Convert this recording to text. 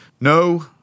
No